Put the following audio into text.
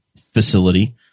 facility